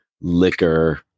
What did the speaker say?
liquor